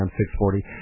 640